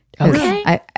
Okay